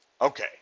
okay